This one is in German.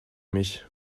mich